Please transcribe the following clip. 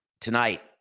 Tonight